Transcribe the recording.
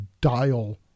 dial